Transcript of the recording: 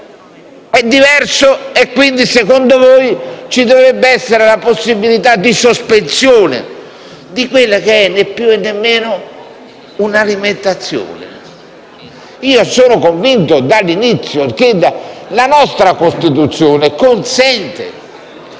diverso, quindi secondo voi ci dovrebbe essere la possibilità di sospensione di quella che è, né più né meno, un'alimentazione. Io sono convinto dall'inizio che la nostra Costituzione consenta